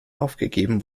aufgegeben